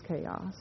chaos